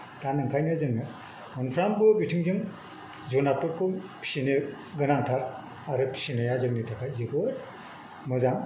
दा ओंखायनो जोङो मोनफ्रामबो बिथिंजों जुनारफोरखौ फिसिनो गोनांथार आरो फिसिनाया जोंनि थाखाय जोबोद मोजां